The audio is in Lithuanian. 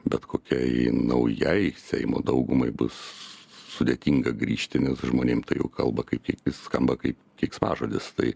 bet kokiai naujai seimo daugumai bus sudėtinga grįžti nes žmonėm tai kalba kaip kaip vis skamba kaip keiksmažodis tai